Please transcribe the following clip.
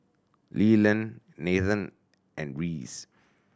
Leland Nathen and Reese